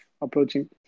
approaching